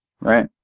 right